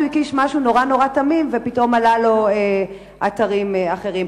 הקיש משהו נורא נורא תמים ופתאום עלו לו אתרים אחרים.